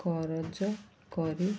କରଜ କରି